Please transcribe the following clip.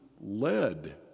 led